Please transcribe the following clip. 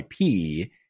IP